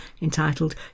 entitled